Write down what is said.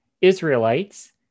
Israelites